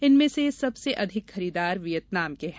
इनमें से सबसे अधिक खरीदार वियतनाम के हैं